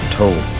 told